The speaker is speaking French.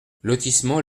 lotissement